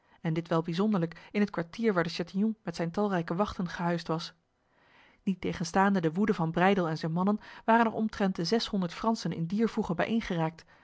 en dit wel bijzonderlijk in het kwartier waar de chatillon met zijn talrijke wachten gehuisd was niettegenstaande de woede van breydel en zijn mannen waren er omtrent de zeshonderd fransen in dier voege